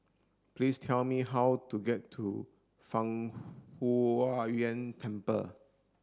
please tell me how to get to Fang Huo Yuan Temple